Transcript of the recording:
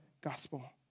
gospel